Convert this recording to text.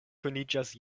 kuniĝas